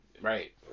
right